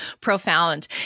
profound